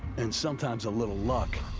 and sometimes a little luck.